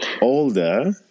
older